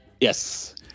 Yes